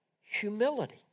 humility